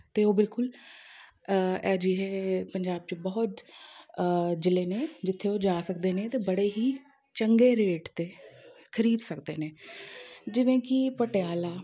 ਤਾਂ ਉਹ ਬਿਲਕੁਲ ਅਜਿਹੇ ਪੰਜਾਬ 'ਚ ਬਹੁਤ ਜ਼ਿਲ੍ਹੇ ਨੇ ਜਿੱਥੇ ਉਹ ਜਾ ਸਕਦੇ ਨੇ ਅਤੇ ਬੜੇ ਹੀ ਚੰਗੇ ਰੇਟ 'ਤੇ ਖਰੀਦ ਸਕਦੇ ਨੇ ਜਿਵੇਂ ਕਿ ਪਟਿਆਲਾ